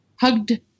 hugged